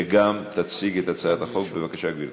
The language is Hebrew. שגם תציג את הצעת החוק, לקריאה ראשונה.